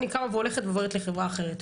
אני קמה והולכת ועוברת לחברה אחרת.